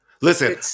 listen